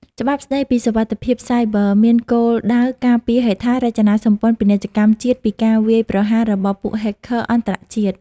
ច្បាប់ស្ដីពីសុវត្ថិភាពសាយប័រ មានគោលដៅការពារហេដ្ឋារចនាសម្ព័ន្ធពាណិជ្ជកម្មជាតិពីការវាយប្រហាររបស់ពួក Hacker អន្តរជាតិ។